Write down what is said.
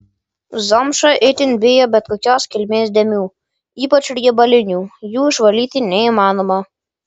zomša itin bijo bet kokios kilmės dėmių ypač riebalinių jų išvalyti neįmanoma